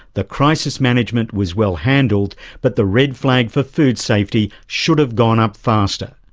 the crisis management was well handled but the red flag for food safety should have gone up faster.